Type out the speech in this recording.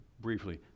briefly